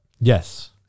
Yes